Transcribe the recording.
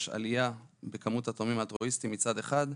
ישנה עלייה בכמות התורמים האלטרואיסטים מצד אחד,